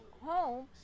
home